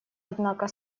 однако